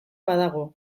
badago